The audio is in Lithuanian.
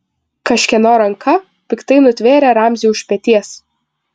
kažkieno ranka piktai nutvėrė ramzį už peties